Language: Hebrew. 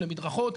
למדרכות.